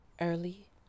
Early